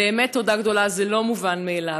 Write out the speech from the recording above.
באמת, תודה גדולה, זה לא מובן מאליו.